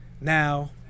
now